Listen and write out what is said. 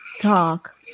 talk